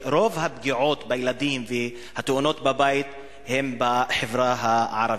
רוב הפגיעות בילדים והתאונות בבית הן בחברה הערבית.